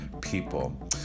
people